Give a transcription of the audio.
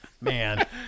Man